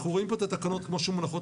אנחנו רואים פה את התקנות כפי שהן מונחות